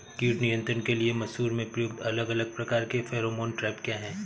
कीट नियंत्रण के लिए मसूर में प्रयुक्त अलग अलग प्रकार के फेरोमोन ट्रैप क्या है?